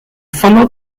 followed